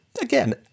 Again